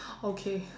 okay